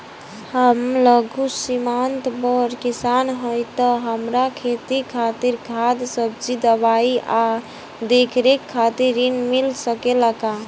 हम लघु सिमांत बड़ किसान हईं त हमरा खेती खातिर खाद बीज दवाई आ देखरेख खातिर ऋण मिल सकेला का?